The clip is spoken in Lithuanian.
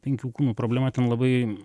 penkių kūnų problema ten labai